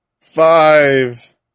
Five